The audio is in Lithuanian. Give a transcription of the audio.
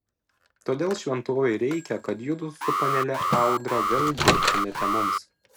todėl šventovei reikia kad judu su panele audra vėl dirbtumėte mums